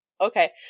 Okay